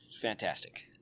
Fantastic